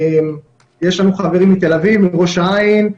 ויש לנו חברים מתל אביב ומראש העין,